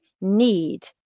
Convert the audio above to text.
need